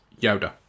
Yoda